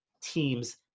teams